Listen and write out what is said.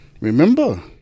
Remember